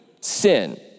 sin